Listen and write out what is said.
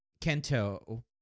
Kento